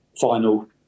final